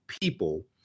people